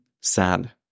sad